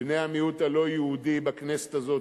בני המיעוט הלא-יהודי בכנסת הזאת,